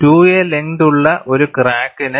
2a length ഉള്ള ഒരു ക്രാക്കിന്